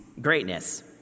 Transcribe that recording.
greatness